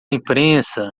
imprensa